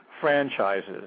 franchises